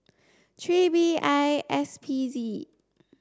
three B I S P Z